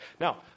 Now